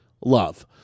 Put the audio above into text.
love